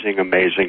amazing